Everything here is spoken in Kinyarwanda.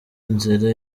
nzira